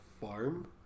farm